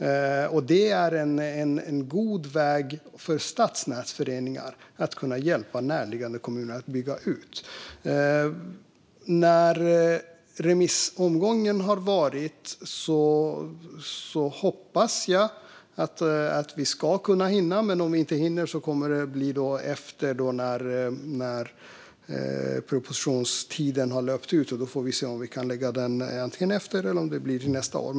Det är en god väg för stadsnätsföreningar att kunna hjälpa närliggande kommuner att bygga ut. När remissomgången har varit hoppas jag att vi ska hinna lämna ett förslag. Men om vi inte hinner innan propositionstiden har löpt ut kommer det kanske nästa år.